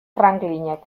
franklinek